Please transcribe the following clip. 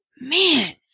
man